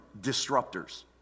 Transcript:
disruptors